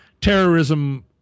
terrorism